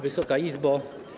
Wysoka Izbo!